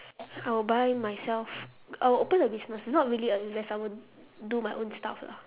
I will buy myself I will open a business not really a investment I will do my own stuff lah